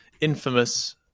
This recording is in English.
infamous